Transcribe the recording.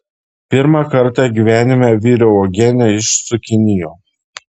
pirmą kartą gyvenime viriau uogienę iš cukinijų